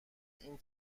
این